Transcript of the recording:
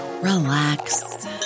relax